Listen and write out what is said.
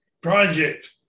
project